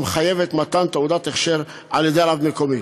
המחייבת מתן תעודת הכשר על-ידי רב מקומי.